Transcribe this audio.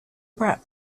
brat